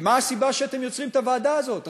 ומה הסיבה שאתם יוצרים את הוועדה הזאת,